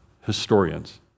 historians